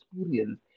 experience